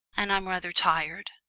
and i'm rather tired.